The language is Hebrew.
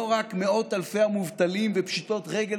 לא רק מאות אלפי המובטלים ופשיטות הרגל